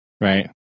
Right